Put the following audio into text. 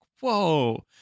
whoa